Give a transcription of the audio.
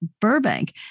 Burbank